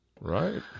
Right